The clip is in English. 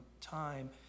Time